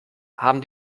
haben